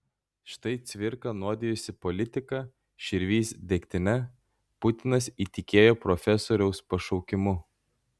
štai cvirka nuodijosi politika širvys degtine putinas įtikėjo profesoriaus pašaukimu